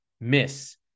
miss